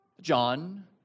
John